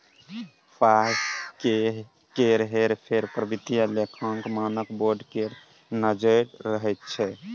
पाय केर हेर फेर पर वित्तीय लेखांकन मानक बोर्ड केर नजैर रहैत छै